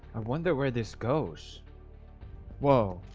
wonder where this goes whoa